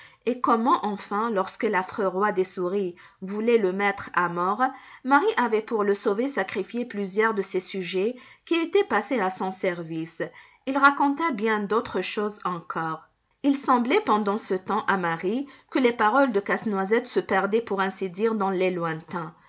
et comment enfin lorsque l'affreux roi des souris voulait le mettre à mort marie avait pour le sauver sacrifié plusieurs de ses sujets qui étaient passés à son service il raconta bien d'autres choses encore il semblait pendant ce temps à marie que les paroles de casse-noisette se perdaient pour ainsi dire dans les lointains